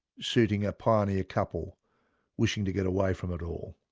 suiting a pioneer couple wishing to get away from it all.